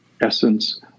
essence